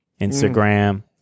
Instagram